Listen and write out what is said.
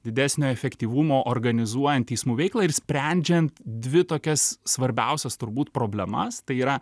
didesnio efektyvumo organizuojant teismų veiklą ir sprendžiant dvi tokias svarbiausias turbūt problemas tai yra